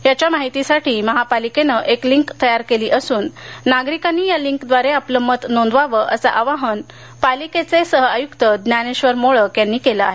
याच्या माहितीसाठी महापालिकेनं एक लिंक तयार केली असुन नागरिकांनी या लिंकद्वारे आपलं मत नोंदवावं असं आवाहन पालिकेचे सह आयुक्त ज्ञानेश्वर मोळक यांनी केलं आहे